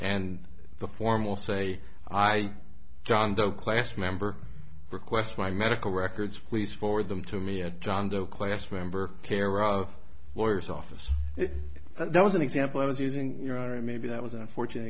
and the formal say i john doe class member request my medical records please forward them to me at john doe class member care of lawyers office that was an example i was using your honor maybe that was an unfortunate